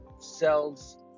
cells